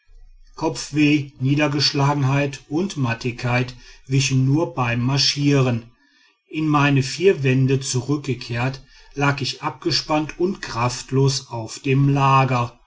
kopfweh niedergeschlagenheit und mattigkeit wichen nur beim marschieren in meine vier wände zurückgekehrt lag ich abgespannt und kraftlos auf dem lager